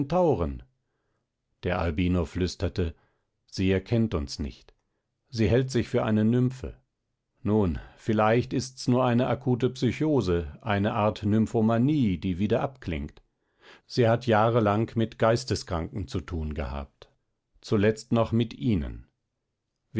der albino flüsterte sie erkennt uns nicht sie hält sich für eine nymphe nun vielleicht ist's nur eine akute psychose eine art nymphomanie die wieder abklingt sie hat jahrelang mit geisteskranken zu tun gehabt zuletzt noch mit ihnen